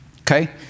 Okay